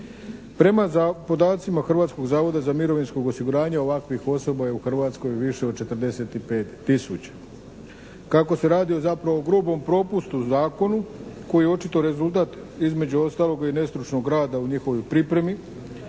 Prema podacima Hrvatskog zavoda za mirovinsko osiguranje ovakvih osoba je u Hrvatskoj više od 45000. Kako se radi zapravo o grubom propustu u zakonu koji je očito rezultat između ostaloga i nestručnog rada u njihovoj pripremi,